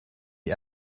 die